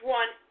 one